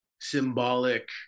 symbolic